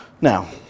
Now